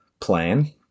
plan